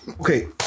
Okay